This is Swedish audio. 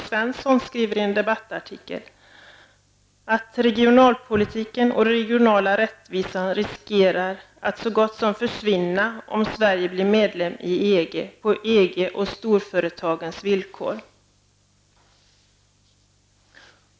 Svensson skriver i en debattartikel att regionalpolitiken och den regionala rättvisan riskerar att så gott som försvinna om Sverige blir medlem i EG på EGs och storföretagens villkor.